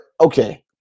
okay